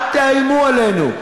אל תאיימו עלינו,